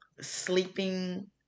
sleeping